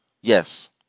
Yes